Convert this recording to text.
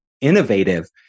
innovative